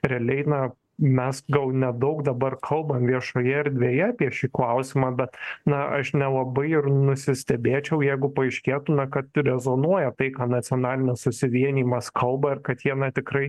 realiai na mes gal nedaug dabar kalbam viešoje erdvėje apie šį klausimą bet na aš nelabai ir nusistebėčiau jeigu paaiškėtų na kad rezonuoja tai ką nacionalinis susivienijimas kalba ir kad jie na tikrai